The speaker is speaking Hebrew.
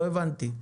לא הבנתי.